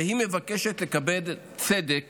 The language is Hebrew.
והיא מבקשת לקבל צדק